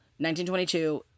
1922